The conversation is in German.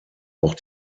auch